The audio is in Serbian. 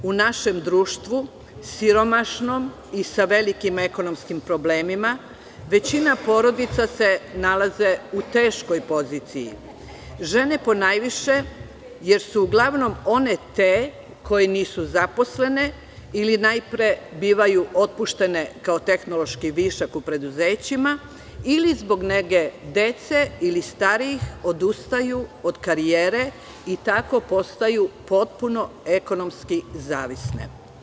U našem društvu siromašnom i sa velikim ekonomskim problemima većina porodica se nalaze u teškoj poziciji, žene ponajviše jer su uglavnom one te koje nisu zaposlene ili najpre bivaju otpuštene kao tehnološki višak u preduzećima ili zbog nege dece ili starijih odustaju od karijere i tako postaju potpuno ekonomski zavisne.